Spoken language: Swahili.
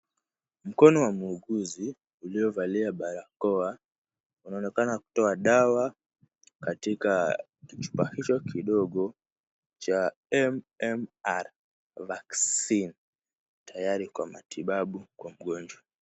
Mkono wa muuguzi uliovalia barakoa unaonekana kutoa dawa katika chupa hicho kidogo cha MMR vaccine tayari kwa matibabu kwa mgonjwa.